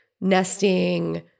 nesting